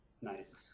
Nice